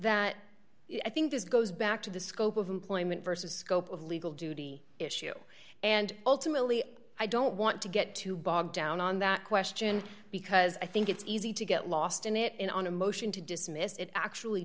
that i think this goes back to the scope of employment vs scope of legal duty issue and ultimately i don't want to get too bogged down on that question because i think it's easy to get lost in it and on a motion to dismiss it actually